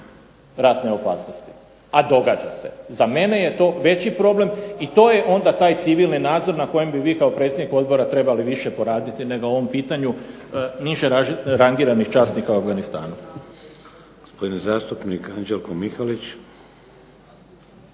ratne opasnosti, a događa se. Za mene je to veći problem i to je onda taj civilni nadzor na kojem bi vi kao predsjednik odbora trebali više poraditi nego na ovom pitanju niže rangiranih časnika u Afganistanu. **Šeks, Vladimir